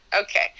okay